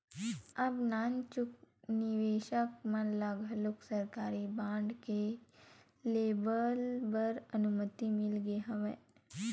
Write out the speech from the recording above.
अब नानचुक निवेसक मन ल घलोक सरकारी बांड के लेवब बर अनुमति मिल गे हवय